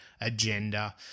agenda